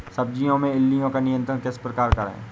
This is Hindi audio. सब्जियों में इल्लियो का नियंत्रण किस प्रकार करें?